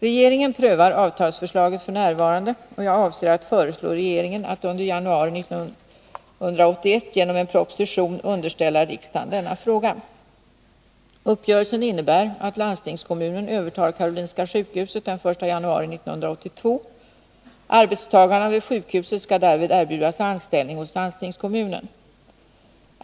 Regeringen prövar avtalsförslaget f.n. Jag avser att föreslå regeringen att under januari 1981 genom en proposition underställa riksdagen denna fråga. Uppgörelsen innebär att landstingskommunen övertar Karolinska sjukhuset den 1 januari 1982. Arbetstagarna vid sjukhuset skall därvid erbjudas anställning hos landstingskommunen.